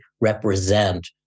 represent